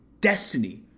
destiny